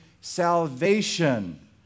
salvation